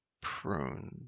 pruned